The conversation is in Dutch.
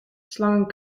slangen